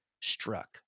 struck